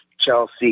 Chelsea